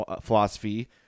philosophy